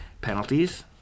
Penalties